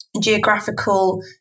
geographical